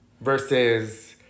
Versus